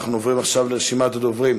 אנחנו עוברים עכשיו לרשימת הדוברים.